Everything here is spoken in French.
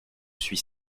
suis